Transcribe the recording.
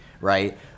Right